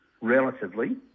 relatively